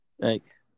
Thanks